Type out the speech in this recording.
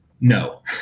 no